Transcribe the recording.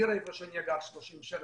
העיר בה אני גר 30 שנים,